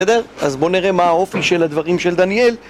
בסדר? אז בוא נראה מה האופי של הדברים של דניאל